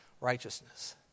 righteousness